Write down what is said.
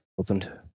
Opened